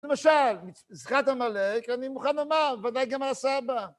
למשל, זכרת עמלק, אני מוכן לומר, וודאי גם על הסבא.